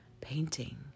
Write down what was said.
painting